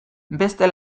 beste